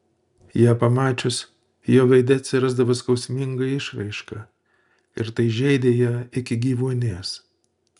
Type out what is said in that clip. ją pamačius jo veide atsirasdavo skausminga išraiška ir tai žeidė ją iki gyvuonies